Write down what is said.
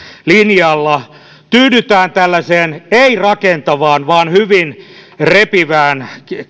linjalla tyydytään tällaiseen ei rakentavaan vaan hyvin repivään